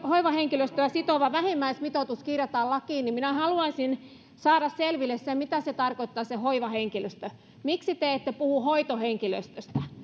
hoivahenkilöstöä sitova vähimmäismitoitus kirjataan lakiin niin minä haluaisin saada selville sen mitä tarkoittaa se hoivahenkilöstö miksi te ette puhu hoitohenkilöstöstä